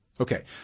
Okay